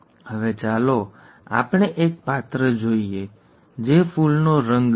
હવે ચાલો આપણે એક પાત્ર જોઈએ ઠીક છે જે ફૂલનો રંગ છે